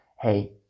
hey